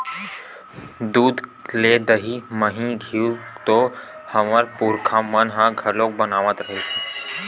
दूद ले दही, मही, घींव तो हमर पुरखा मन ह घलोक बनावत रिहिस हे